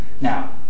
Now